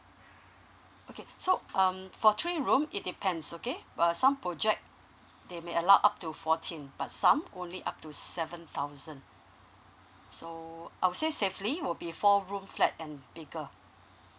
okay so um for three room it depends okay uh some project they may allow up to fourteen but some only up to seven thousand so I'll say safely will be four room flat and bigger